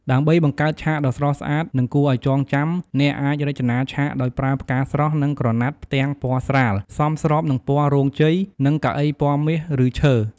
ដើម្បីបង្កើតឆាកដ៏ស្រស់ស្អាត និងគួរឱ្យចងចាំ អ្នកអាចរចនាឆាកដោយប្រើផ្កាស្រស់ និងក្រណាត់ផ្ទាំងពណ៌ស្រាល សមស្របនឹងពណ៌រោងជ័យ និងកៅអីពណ៌មាស ឬឈើ។